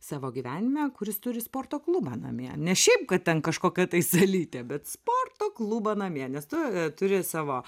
savo gyvenime kuris turi sporto klubą namie ne šiaip kad ten kažkokią tai salytę bet sporto klubą namie nes tu turi savo